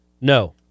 No